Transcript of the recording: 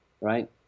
right